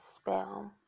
spell